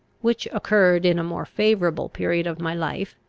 which occurred in a more favourable period of my life,